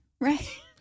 right